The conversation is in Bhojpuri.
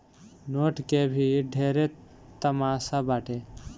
नोट के भी ढेरे तमासा बाटे